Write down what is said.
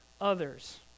others